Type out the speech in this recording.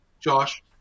Josh –